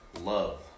love